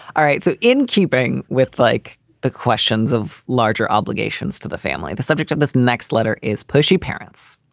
all right. so in keeping with like the questions of larger obligations to the family, the subject of this next letter is pushy parents.